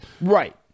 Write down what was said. Right